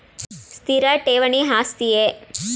ಸ್ಥಿರ ಠೇವಣಿ ಆಸ್ತಿಯೇ?